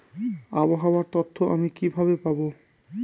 আবহাওয়ার তথ্য আমি কিভাবে পাবো?